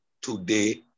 today